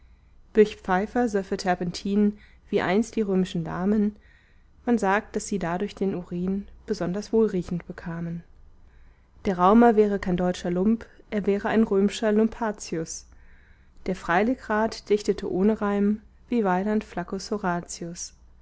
birch-pfeiffer söffe terpentin wie einst die römischen damen man sagt daß sie dadurch den urin besonders wohlriechend bekamen der raumer wäre kein deutscher lump er wäre ein röm'scher lumpacius der freiligrath dichtete ohne reim wie weiland